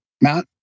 Matt